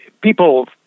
People